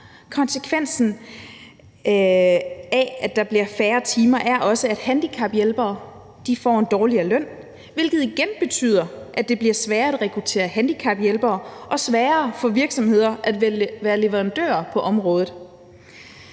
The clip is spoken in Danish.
konsekvensen af, at der bliver færre timer, er også, at handicaphjælpere får en dårligere løn, hvilket igen betyder, at det bliver sværere at rekruttere handicaphjælpere og sværere for virksomheder at være leverandører på området.